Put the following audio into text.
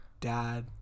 dad